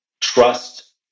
trust